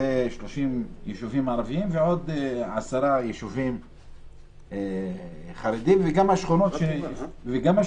אלה 30 ישובים ערבים ועוד עשרה ישובים חרדים וגם השכונות שנוספו,